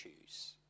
choose